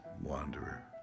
wanderer